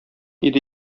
иде